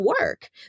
work